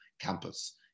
campus